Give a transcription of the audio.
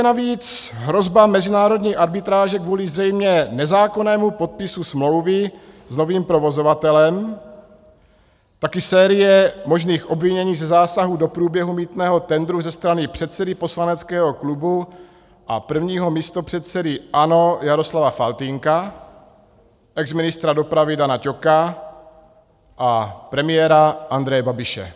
Ve vzduchu je navíc hrozba mezinárodní arbitráže kvůli zřejmě nezákonnému podpisu smlouvy s novým provozovatelem, taky série možných obvinění ze zásahu do průběhu mýtného tendru ze strany předsedy poslaneckého klubu a prvního místopředsedy ANO Jaroslava Faltýnka, exministra dopravy Dana Ťoka a premiéra Andreje Babiše.